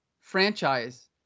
franchise